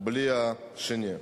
בלי השני.